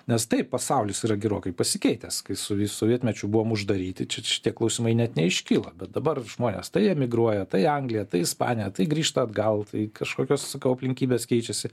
nes taip pasaulis yra gerokai pasikeitęs kai suvi sovietmečiu buvom uždaryti čia čia šitie klausimai net neiškilo bet dabar žmonės tai emigruoja tai anglija tai ispanija tai grįžta atgal tai kažkokios sakau aplinkybės keičiasi